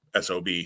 SOB